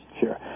Sure